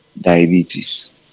diabetes